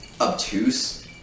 obtuse